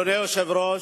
אדוני היושב-ראש,